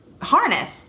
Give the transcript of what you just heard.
harness